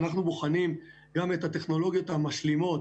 אנחנו בוחנים גם את הטכנולוגיות המשלימות,